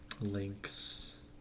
Links